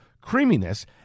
creaminess